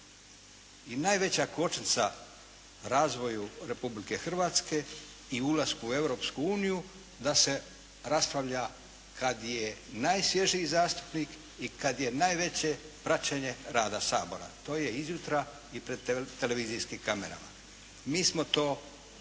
i najveća kočnica razvoju Republike Hrvatske i ulasku u Europsku uniju da se raspravlja kada je najsvježiji zastupnik i kada je najveće praćenje rada Sabora. To je izjutra i pred televizijskim kamerama. Mi smo to namjerno